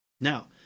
Now